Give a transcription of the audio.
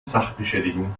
sachbeschädigung